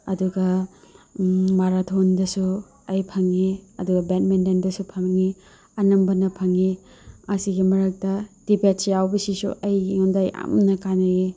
ꯑꯗꯨꯒ ꯃꯔꯥꯊꯣꯟꯗꯁꯨ ꯑꯩ ꯐꯪꯏ ꯑꯗꯨꯒ ꯕꯦꯠꯃꯤꯟꯇꯟꯗꯁꯨ ꯐꯪꯏ ꯑꯅꯝꯕꯅ ꯐꯪꯏ ꯑꯁꯤꯒꯤ ꯃꯔꯛꯇ ꯗꯤꯕꯦꯠꯁ ꯌꯥꯎꯕꯁꯤꯁꯨ ꯑꯩꯉꯣꯟꯗ ꯌꯥꯝꯅ ꯀꯥꯟꯅꯩꯑꯦ